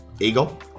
eagle